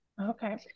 Okay